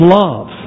love